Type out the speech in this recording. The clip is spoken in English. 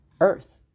earth